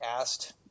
asked